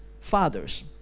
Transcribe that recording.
fathers